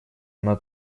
она